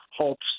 hopes